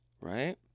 Right